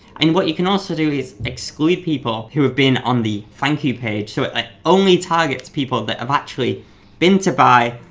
and what you can also do is exclude people who have been on the thank you page so it only targets people that have actually been to buy,